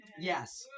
Yes